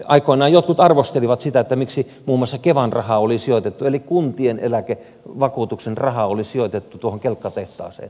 aikoinaan jotkut arvostelivat sitä miksi muun muassa kevan eli kuntien eläkevakuutuksen raha oli sijoitettu tuohon kelkkatehtaaseen